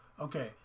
Okay